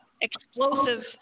explosive